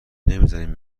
نمیزارین